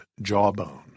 jawbone